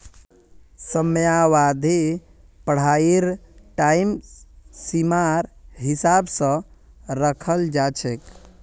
समयावधि पढ़ाईर टाइम सीमार हिसाब स रखाल जा छेक